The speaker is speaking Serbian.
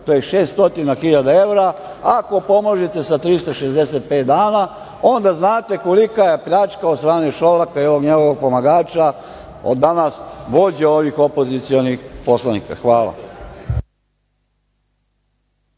to je 600.000 evra. Ako to pomnožite sa 365 dana, onda znate kolika je pljačka od strane Šolaka i ovog njegovog pomagača od danas vođe ovih opozicionih poslanika. Hvala.